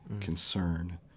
concern